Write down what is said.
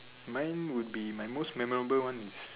mine would be my most memorable one is